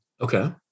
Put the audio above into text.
Okay